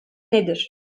nedir